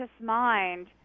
mind